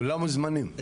כולם מוזמנים.